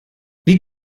wie